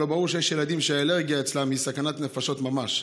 הלוא ברור שיש ילדים שהאלרגיה אצלם היא סכנת נפשות ממש.